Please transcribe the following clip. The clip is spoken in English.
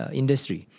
industry